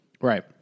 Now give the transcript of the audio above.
right